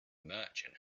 merchant